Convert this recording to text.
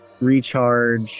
Recharge